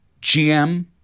GM